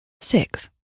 six